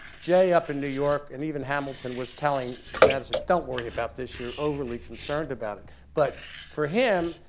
jay, up in new york, and even hamilton was telling madison don't worry about this, you're overly concerned about it. but for him,